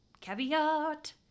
caveat